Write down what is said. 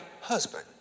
husband